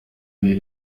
oli